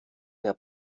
der